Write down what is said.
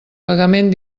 pagament